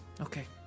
Okay